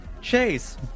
Chase